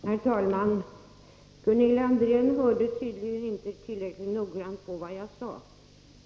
Herr talman! Gunilla André hörde tydligen inte tillräckligt noggrant på vad jag sade.